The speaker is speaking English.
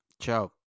Ciao